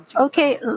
Okay